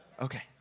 Okay